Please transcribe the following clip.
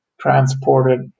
transported